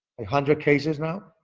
ah hundred cases now.